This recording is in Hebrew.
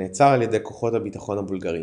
ונעצר על ידי כוחות הביטחון הבולגריים.